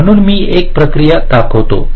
म्हणून मी एक प्रक्रिया दाखवतो